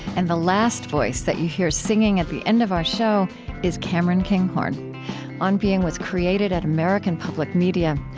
and the last voice that you hear singing at the end of our show is cameron kinghorn on being was created at american public media.